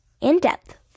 In-depth